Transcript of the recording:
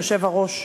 היושב-ראש,